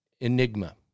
Enigma